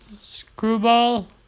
Screwball